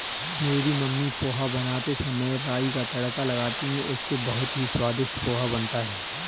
मेरी मम्मी पोहा बनाते समय राई का तड़का लगाती हैं इससे बहुत ही स्वादिष्ट पोहा बनता है